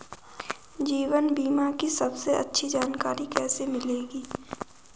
जीवन बीमा की सबसे अच्छी जानकारी कैसे मिलेगी?